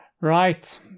Right